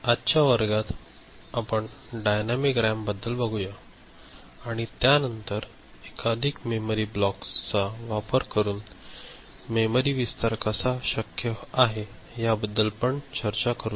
आजच्या वर्गात आपण डायनॅमिक रॅम बघूया आणि त्यानंतर एकाधिक मेमरी ब्लॉक्सचा वापर करून मेमरी विस्तार कसा शक्य आहे याबद्दल आपण चर्चा करू